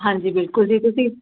ਹਾਂਜੀ ਬਿਲਕੁਲ ਜੀ ਤੁਸੀਂ